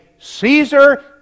Caesar